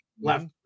left